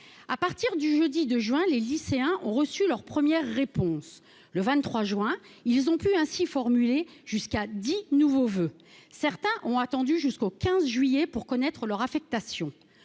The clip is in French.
Depuis le jeudi 2 juin, les lycéens ont reçu leurs premières réponses. Le 23 juin, ils ont pu formuler jusqu'à dix nouveaux voeux. Certains ont attendu jusqu'au 15 juillet pour connaître leur affectation.